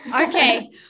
Okay